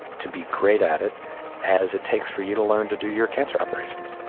to be great at it as it takes for you to learn to do your cancer operations.